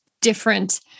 different